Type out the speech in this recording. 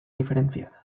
diferenciadas